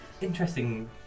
Interesting